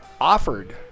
offered